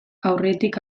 aurretik